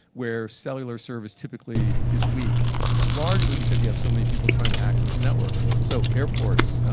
where cellular service typically is weak largely because you have so many people trying to access a network. so airports,